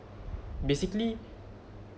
basically